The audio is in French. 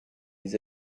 les